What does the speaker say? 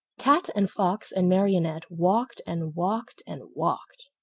cat and fox and marionette walked and walked and walked.